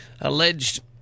alleged